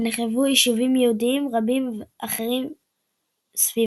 ונחרבו יישובים יהודים רבים אחרים סביבה.